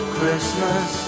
Christmas